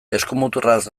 eskumuturraz